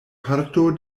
parto